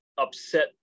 upset